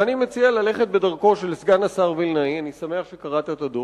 ואני מציע להם לפחות ללכת בדרכו של סגן השר וילנאי ולקרוא את הדוח.